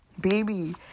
Baby